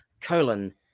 colon